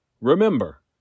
Remember